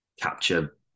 capture